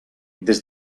des